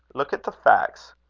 look at the facts.